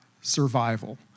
survival